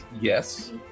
Yes